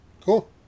cool